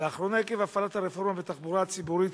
עקב הפעלת הרפורמה בתחבורה הציבורית,